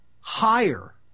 higher